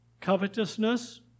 covetousness